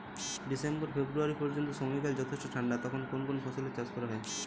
December February পর্যন্ত সময়কাল যথেষ্ট ঠান্ডা তখন কোন কোন ফসলের চাষ করা হয়?